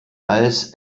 als